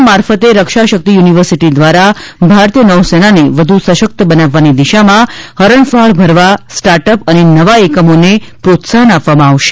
ના મારફતે રક્ષા શક્તિ યુનિવર્સિટી દ્વારા ભારતીય નૌસેનાને વધુ સશક્ત બનાવવાની દિશામાં હરણફાળ ભરવા સ્ટાર્ટ અપ અને નવા એકમોને પ્રોત્સાહન આપવામાં આવશે